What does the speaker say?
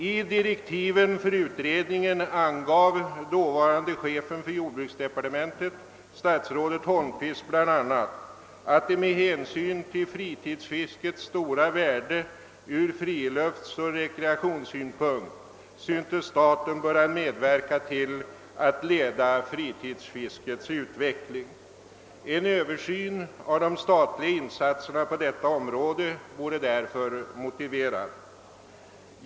I direktiven för utredningen angav dåvarande chefen för jordbruksdepartementet, statsrådet Holmqvist, bl.a. att med hänsyn till fritidsfiskets stora värde ur friluftsoch rekreationssynpunkt syntes staten böra medverka till att leda fritidsfiskets utveckling. En översyn av de statliga insatserna på detta område vore därför motiverad.